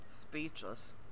Speechless